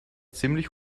ziemlich